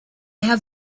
have